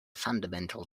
fundamental